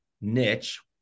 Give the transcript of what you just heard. niche